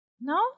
No